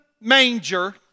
manger